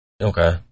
okay